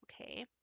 Okay